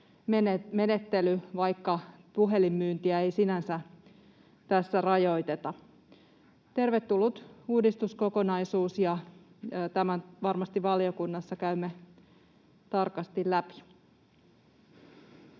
vahvistusmenettely, vaikka puhelinmyyntiä ei sinänsä tässä rajoiteta. Tervetullut uudistuskokonaisuus, ja tämän varmasti valiokunnassa käymme tarkasti läpi.